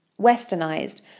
westernized